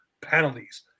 penalties